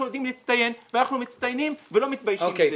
אנחנו ידועים להצטיין ואנחנו מצטיינים ולא מתביישים בזה.